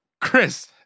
Chris